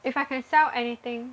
if I can sell anything